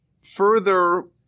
further